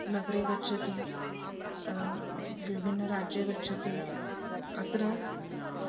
नगरे गच्छति विभिन्नराज्ये गच्छति अत्र